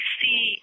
see